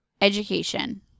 Education